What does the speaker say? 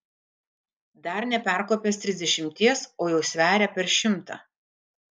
dar neperkopęs trisdešimties o jau sveria per šimtą